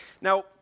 Now